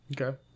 Okay